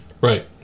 Right